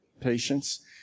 patients